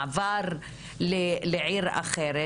מעבר לעיר אחרת.